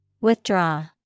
Withdraw